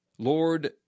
Lord